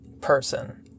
person